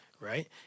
right